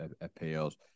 appeals